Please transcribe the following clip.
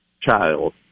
child